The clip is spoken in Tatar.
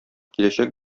киләчәк